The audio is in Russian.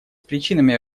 причинами